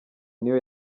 niyo